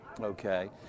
okay